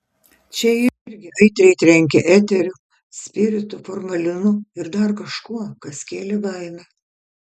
čia irgi aitriai trenkė eteriu spiritu formalinu ir dar kažkuo kas kėlė baimę